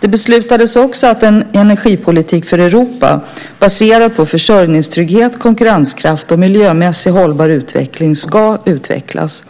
Det beslutades också att en energipolitik för Europa baserad på försörjningstrygghet, konkurrenskraft och miljö-mässigt hållbar utveckling ska utvecklas.